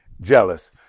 jealous